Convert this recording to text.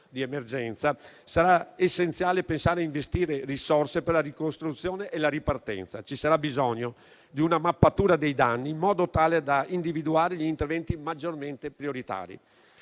di emergenza, sarà essenziale pensare a investire risorse per la ricostruzione e la ripartenza. Ci sarà bisogno di una mappatura dei danni, in modo tale da individuare gli interventi maggiormente prioritari.